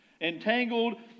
entangled